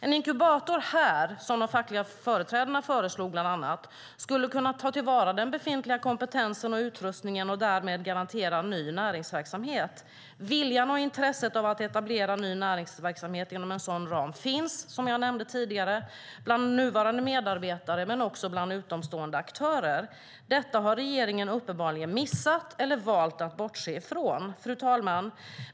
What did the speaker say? En inkubator skulle här, som de fackliga företrädarna bland annat föreslog, kunna ta till vara den befintliga kompetensen och utrustningen och därmed garantera ny näringsverksamhet. Viljan och intresset av att etablera ny näringsverksamhet inom en sådan ram finns, som jag nämnde tidigare, bland nuvarande medarbetare men också bland utomstående aktörer. Detta har regeringen uppenbarligen missat eller valt att bortse ifrån. Fru talman!